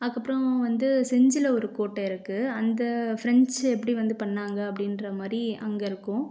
அதுக்கப்புறம் வந்து செஞ்சியில ஒரு கோட்டை இருக்குது அந்த ஃப்ரெஞ்சு எப்படி வந்து பண்ணாங்க அப்படின்ற மாதிரி அங்கே இருக்கும்